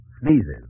sneezes